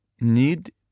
need